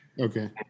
Okay